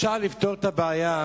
אפשר לפתור את הבעיה,